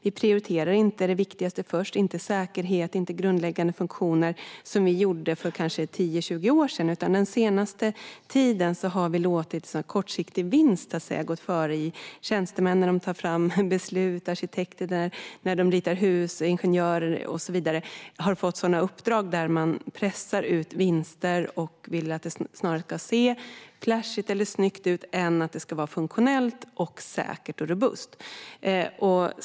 Vi prioriterar inte det viktigaste först, inte säkerhet och inte grundläggande funktioner, som vi gjorde för kanske 10-20 år sedan. Den senaste tiden har vi låtit kortsiktig vinst, så att säga, gå före. Tjänstemän som tar fram beslut, arkitekter som ritar hus, ingenjörer och så vidare har fått uppdrag där man pressar ut vinster och snarare vill att det ska se flashigt eller snyggt ut än att det ska vara funktionellt, säkert och robust.